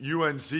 UNC